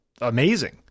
amazing